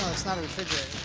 it's not a refrigerator.